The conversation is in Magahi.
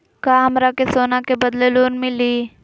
का हमरा के सोना के बदले लोन मिलि?